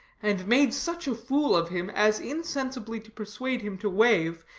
and made such a fool of him as insensibly to persuade him to waive,